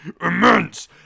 Immense